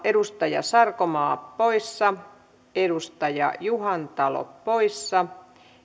edustaja sarkomaa poissa edustaja juhantalo poissa